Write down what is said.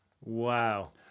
Wow